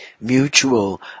mutual